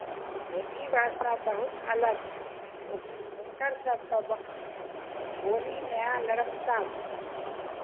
ई ठेठी भाषा बहुत अलग छै ओ हुनकर सभके भा बोलीमे नरमता छै